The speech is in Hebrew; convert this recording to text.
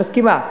אני מסכימה,